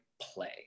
play